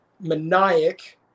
Maniac